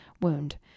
wound